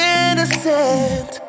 innocent